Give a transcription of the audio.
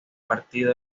partido